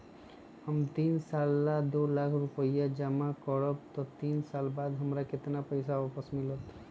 हम तीन साल ला दो लाख रूपैया जमा करम त तीन साल बाद हमरा केतना पैसा वापस मिलत?